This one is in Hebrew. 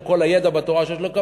עם כל הידע בתורה שיש לו,